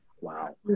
Wow